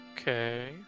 okay